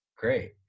great